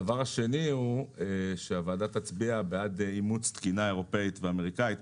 הבקשה השנייה היא שהוועדה תצביע בעד אימוץ תקינה אירופאית ואמריקאית.